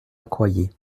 accoyer